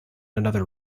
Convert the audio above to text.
another